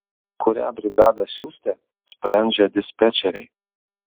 kurią brigadą siųsti sprendžia dispečeriai